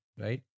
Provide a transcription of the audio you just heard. right